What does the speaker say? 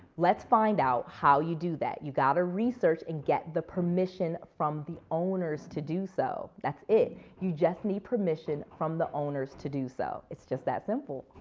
let's find out how you do that. you got to research and get the permission from the owners to do so. that's it. you just need permission from the owners to do so. it's just that simple.